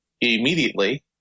immediately